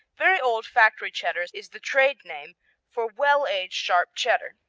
very old factory cheddar is the trade name for well-aged sharp cheddar.